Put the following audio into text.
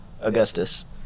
Augustus